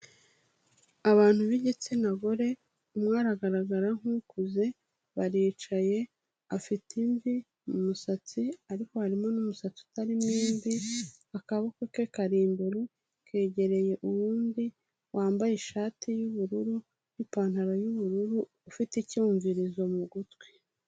Abantu b'igitsina gore, umwe aragaragara nk'ukuze, baricaye, afite imvi mu musatsi ariko harimo n'umusatsi utarimo imvi, akaboko ke kari imbere, kegereye uwundi wambaye ishati y'ubururu n'ipantaro y'ubururu, ufite icyumvirizo mu gutwi.